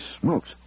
smokes